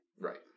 Right